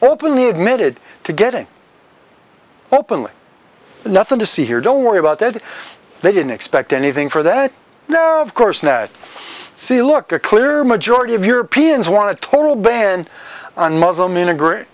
openly admitted to getting openly nothing to see here don't worry about that they didn't expect anything for that now of course net see look a clear majority of europeans want to total ban on muslim i